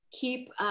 keep